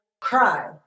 cry